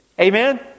Amen